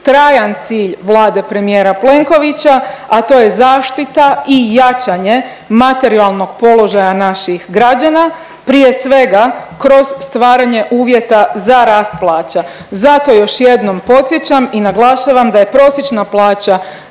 trajan cilj vlade premijer Plenkovića, a to je zaštita i jačanje materijalnog položaja naših građana, prije svega, kroz stvaranje uvjeta za rast plaća. Zato još jednom podsjećam i naglašavam da je prosječna plaća